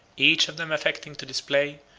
each of them affecting to display,